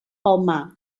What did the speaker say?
palmar